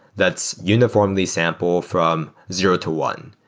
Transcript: that's uniformly sample from zero to one.